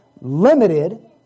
limited